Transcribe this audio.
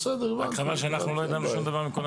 --- רק חבל שאנחנו לא ידענו שום דבר מכל הנושא הזה.